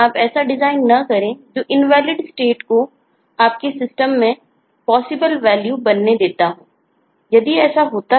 आइए स्टेट है